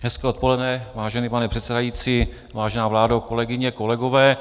Hezké odpoledne, vážený pane předsedající, vážená vládo, kolegyně, kolegové.